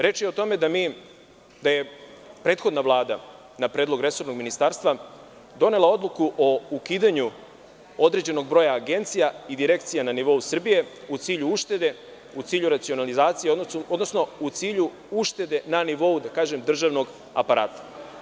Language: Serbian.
Reč je o tome da je prethodna Vlada, na predlog resornog ministarstva donela odluku o ukidanju određenog broja agencija i direkcija na nivou Srbije u cilju uštede, u cilju racionalizacije, odnosno u cilju uštede na nivou državnog aparata.